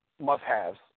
must-haves